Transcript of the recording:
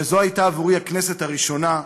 שזו הייתה עבורי הכנסת הראשונה,